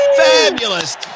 fabulous